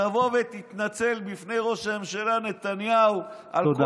תבוא ותתנצל בפני ראש הממשלה נתניהו תודה.